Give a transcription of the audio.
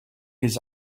his